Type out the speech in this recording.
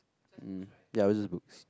mm ya it's just books